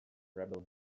rebel